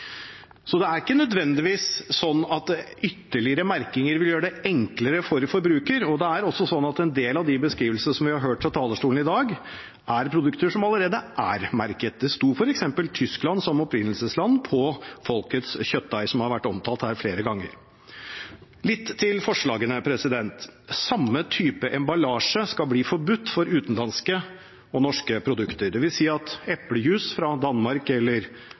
så det er ikke nødvendigvis sånn at ytterligere merkinger vil gjøre det enklere for forbruker. Det er også sånn at en del av de beskrivelsene som vi har hørt fra talerstolen i dag, gjelder produkter som allerede er merket. Det sto f.eks. Tyskland som opprinnelsesland på Folkets kjøttdeig, som har vært omtalt her flere ganger. Så jeg vil si litt om forslagene. Samme type emballasje skal bli forbudt for utenlandske og norske produkter. Det vil si at eplejuice fra Danmark eller